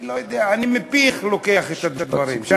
אני לא יודע, אני מפיך לוקח את הדברים.